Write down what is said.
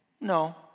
No